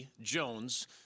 jones